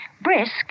Brisk